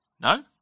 No